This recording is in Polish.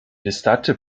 wystarczy